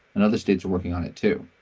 and other states are working on it to.